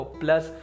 plus